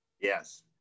yes